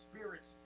spirits